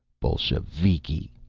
bolsheviki!